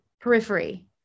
periphery